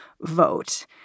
vote